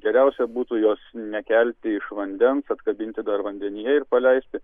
geriausia būtų jos nekelti iš vandens atkabinti dar vandenyje ir paleisti